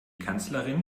kanzlerin